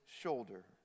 shoulder